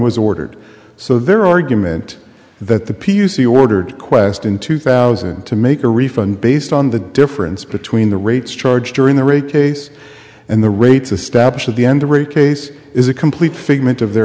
was ordered so their argument that the p u c ordered quest in two thousand to make a refund based on the difference between the rates charged during the rate case and the rates established at the end the rate case is a complete figment of their